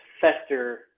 fester